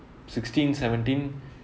sixteen seventeen